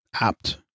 apt